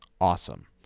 awesome